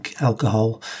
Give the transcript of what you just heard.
alcohol